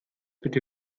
bitte